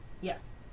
Yes